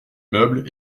meubles